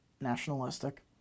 nationalistic